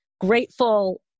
grateful